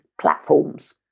platforms